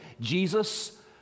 Jesus